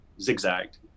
zigzagged